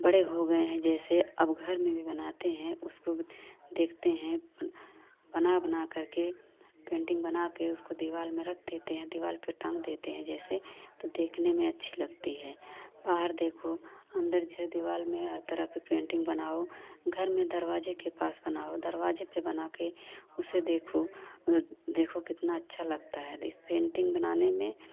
बड़े हो गए हैं जैसे अब घर में भी बनाते हैं उसको देखते हैं बना बना करके पेटिंग बनाकर उसको दीवार में रख देते हैं दीवार पर टाँग देते हैं जैसे तो देखने में अच्छी लगती है बाहर देखो अंदर से दीवार में हर तरह की पेंटिंग बनाओ घर में दरवाज़े के पास बनाओ दरवाज़े पर बनाकर उसे देखो और देखो कितना अच्छा लगता है तो इस पेंटिंग बनाने में